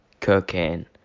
cocaine